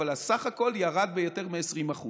אבל בסך הכול הוא ירד ביותר מ-20%.